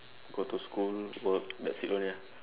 go to school work that's it only ah